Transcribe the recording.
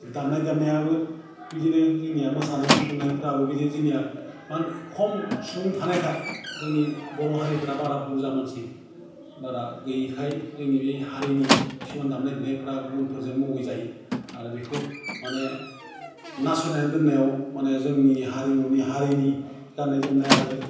दामनाय देनायाबो बिदिनो जोंनिया मोसानाय मुसुरनायफ्राबो बिदिनो जोंनिया मान खम सुबुं थानायखाय जोंनि बर' हारिफ्रा बारा बुरजा मानसि बारा गैयैखाय जोंनि बे हारिनि खिसुमान दामनाय देनायफ्रा गुबुफोरजों मुगैजायो आरो बेखौ माने नासयनानै दोन्नायाव माने जोंनि हारिमुनि हारिनि गान्नाय जोमनाय आरो